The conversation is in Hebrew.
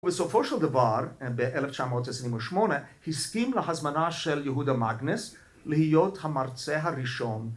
בסופו של דבר, ב-1928, הסכים להזמנה של יהודה מגנס להיות המרצה הראשון.